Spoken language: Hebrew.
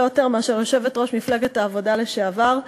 יותר מאשר יושבת-ראש מפלגת העבודה לשעבר,